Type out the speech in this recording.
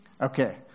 Okay